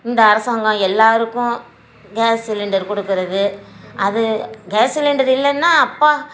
இந்த அரசாங்கம் எல்லாருக்கும் கேஸ் சிலிண்டர் கொடுக்கிறது அது கேஸ் சிலிண்டர் இல்லைன்னா அப்பா